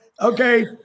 Okay